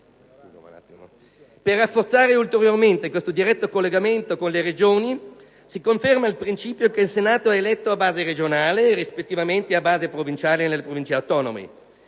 Per rafforzare ulteriormente questo diretto collegamento con le Regioni si conferma il principio che il Senato è eletto a base regionale e, nelle Province autonome,